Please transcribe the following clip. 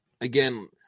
again